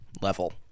level